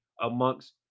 amongst